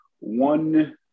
one